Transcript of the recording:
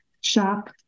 shop